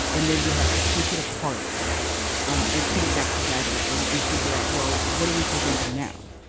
and then we have to take it apart and put it back together and and figure out well what are we presenting now.